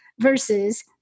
Versus